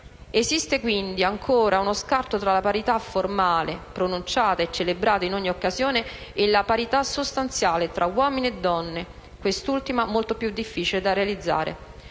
Esiste, quindi, ancora uno scarto tra la parità formale, pronunciata e celebrata in ogni occasione, e la parità sostanziale tra uomini e donne, quest'ultima molto più difficile da realizzare.